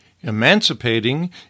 emancipating